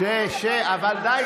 די,